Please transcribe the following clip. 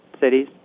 cities